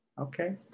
Okay